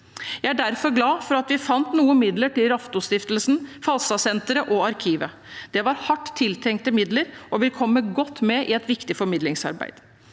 Jeg er derfor glad for at vi fant noe midler til Raftostiftelsen, Falstadsenteret og Arkivet. Det var hardt tiltrengte midler og vil komme godt med i et viktig formidlingsarbeid.